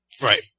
Right